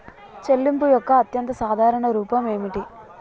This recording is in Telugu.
చెల్లింపు యొక్క అత్యంత సాధారణ రూపం ఏమిటి?